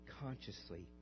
consciously